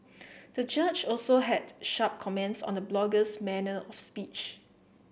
the judge also had sharp comments on the blogger's manner of speech